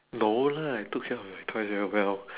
no lah I took care of my toys very well